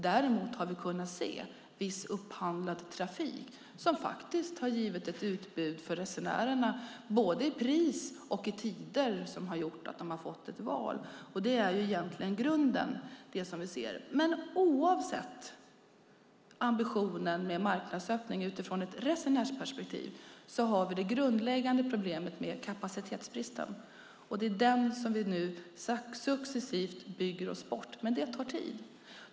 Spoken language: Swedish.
Däremot har vi kunnat se viss upphandlad trafik som har givit ett utbud för resenärerna i både pris och tider så att de har fått ett val. Det är egentligen grunden som vi ser. Oavsett ambitionen med en marknadsöppning från ett resenärsperspektiv har vi det grundläggande problemet med kapacitetsbristen. Den är den som vi nu successivt bygger bort, men det tar tid.